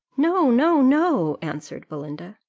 no no no! answered belinda.